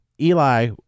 Eli